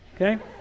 okay